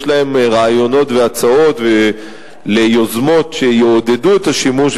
להם רעיונות והצעות ליוזמות שיעודדו את השימוש,